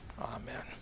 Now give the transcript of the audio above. Amen